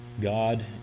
God